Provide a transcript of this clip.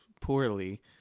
poorly